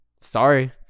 sorry